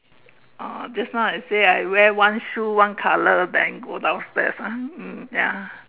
uh just now I say wear one shoe one colour then go downstairs ah mm ya